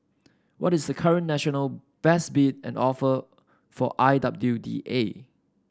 what is the current national best bid and offer for I W D A